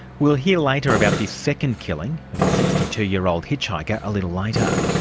we'll hear later about the second killing of a sixty two year old hitchhiker a little later.